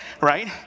right